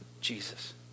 Jesus